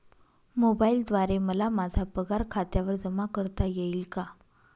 मोबाईलद्वारे मला माझा पगार खात्यावर जमा करता येईल का?